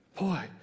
boy